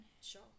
sure